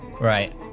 Right